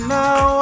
now